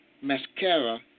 Mascara